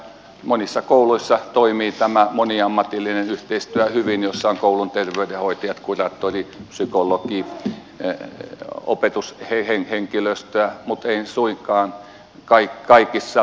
monissa kouluissa toimii tämä moniammatillinen yhteistyö hyvin jossa on mukana koulun terveydenhoitajat kuraattori psykologi opetushenkilöstöä mutta ei suinkaan kaikissa